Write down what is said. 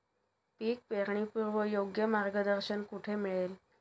पीक पेरणीपूर्व योग्य मार्गदर्शन कुठे मिळेल?